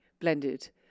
blended